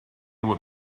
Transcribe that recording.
what